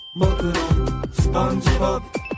SpongeBob